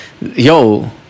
Yo